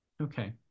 Okay